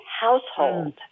household